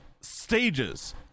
stages